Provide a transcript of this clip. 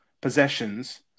possessions